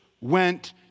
went